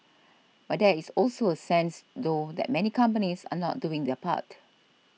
but there is also a sense though that many companies are not doing their part